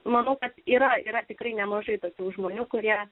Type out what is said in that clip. manau kad yra yra tikrai nemažai tokių žmonių kurie